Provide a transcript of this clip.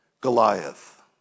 Goliath